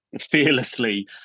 fearlessly